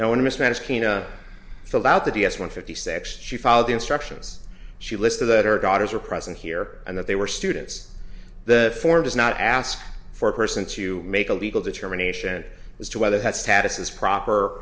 no one mismanaged filled out the d s one fifty six she followed the instructions she list of that her daughters were present here and that they were students the form does not ask for a person to make a legal determination as to whether had status is proper